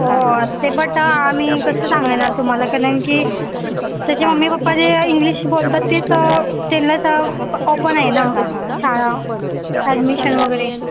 हो ते बट आम्ही कसं सांगणार तुम्हाला कारण की त्याचे मम्मी पप्पा जे इंग्लिश बोलतात तेच त्यांनाच ओपन आहे ना शाळा ॲडमिशन वगैरे